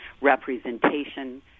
representation